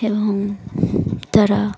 এবং তারা